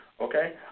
Okay